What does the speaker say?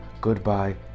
goodbye